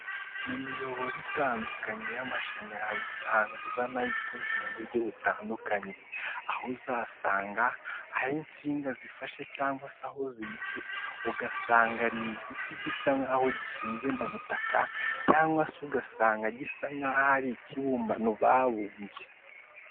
Mu miyoboro itandukanye y'amashanyarazi usanga iba nayo ikoze mu buryo butandukanye, aho uzasanga aho insinga zifasha cyangwa se aho zinyuze ugasanga ni igiti gisa nkaho gishinze mu butaka cyangwa se ugasanga gisa nkaho ari ikibumbano babumbye.